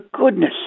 goodness